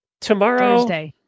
Tomorrow